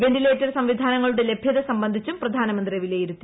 ventilator സംവിധാനങ്ങളുടെ ലഭ്യത സംബന്ധിച്ചും പ്രധാനമന്ത്രി വിലയിരുത്തി